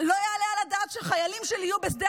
לא יעלה על הדעת שחיילים שלי יהיו בשדה